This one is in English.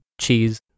cheese